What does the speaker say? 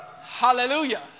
Hallelujah